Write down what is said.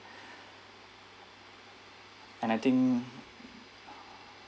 and I think